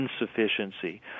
insufficiency